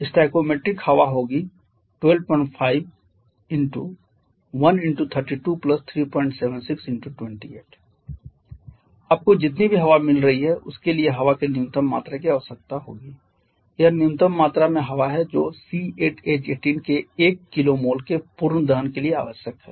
stoichiometric हवा होगी 125 1 x 32 376 x 28 आपको जितनी भी हवा मिल रही है उसके लिए हवा की न्यूनतम मात्रा की आवश्यकता होगी यह न्यूनतम मात्रा में हवा है जो C8H18 के 1 kmol के पूर्ण दहन के लिए आवश्यक है